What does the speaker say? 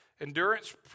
Endurance